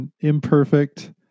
imperfect